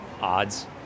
odds